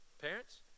Parents